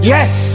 Yes